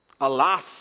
Alas